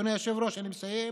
אדוני היושב-ראש, אני מסיים.